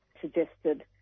suggested